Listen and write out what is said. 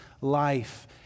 life